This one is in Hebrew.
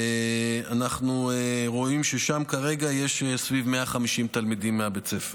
ואנחנו רואים שיש שם כרגע סביב 150 תלמידים מבית הספר.